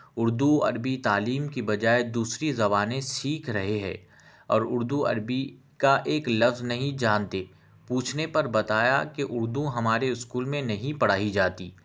اردو عربی تعلیم کی بجائے دوسری زبانیں سیکھ رہے ہیں اور اردو عربی کا ایک لفظ نہیں جانتے پوچھنے پر بتایا کہ اردو ہمارے اسکول میں نہیں پڑھائی جاتی